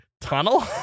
tunnel